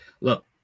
Look